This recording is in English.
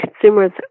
consumers